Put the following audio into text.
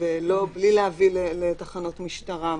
בלי להביא לתחנות משטרה.